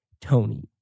Tony